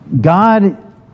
God